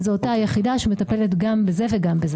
זאת אותה יחידה שמטפלת גם בזה וגם בזה.